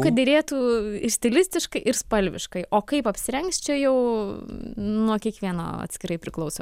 kad derėtų stilistiškai ir spalviškai o kaip apsirengs čia jau nuo kiekvieno atskirai priklauso